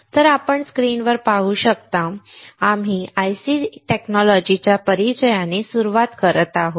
तर आपण स्क्रीनवर पाहू शकता आम्ही IC तंत्रज्ञानाच्या परिचयाने सुरुवात करत आहोत